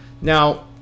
Now